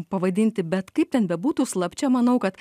pavadinti bet kaip ten bebūtų slapčia manau kad